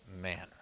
manner